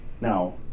Now